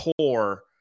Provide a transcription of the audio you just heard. core